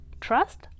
trust